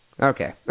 Okay